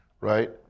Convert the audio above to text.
right